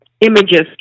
images